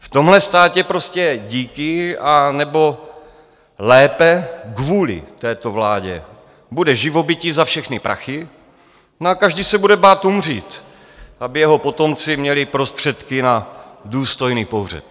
V tomhle státě prostě díky, anebo lépe kvůli této vládě bude živobytí za všechny prachy, no a každý se bude bát umřít, aby jeho potomci měli prostředky na důstojný pohřeb.